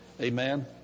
Amen